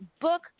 book